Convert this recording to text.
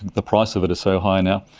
the price of it is so high now.